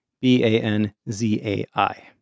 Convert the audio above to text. B-A-N-Z-A-I